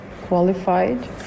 qualified